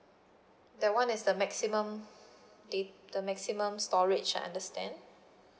that [one] is the maximum da~ the maximum storage I understand